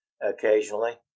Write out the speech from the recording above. occasionally